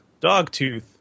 Dogtooth